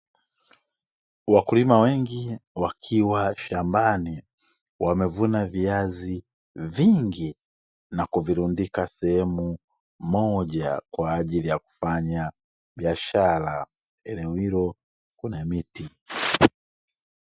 Wakulima wengi wakiwa shambani, wamevuna viazi vingi na kuvirundika sehemu moja, kwaajili ya kufanya biashara eneo hilo kuna miti.